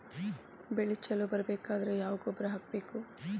ಬೆಳಿ ಛಲೋ ಬರಬೇಕಾದರ ಯಾವ ಗೊಬ್ಬರ ಹಾಕಬೇಕು?